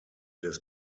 des